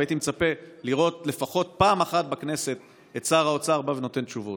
הייתי מצפה לראות לפחות פעם אחת בכנסת את שר האוצר בא ונותן תשובות.